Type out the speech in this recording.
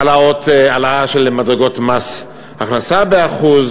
העלאה של מדרגות מס הכנסה ב-1%,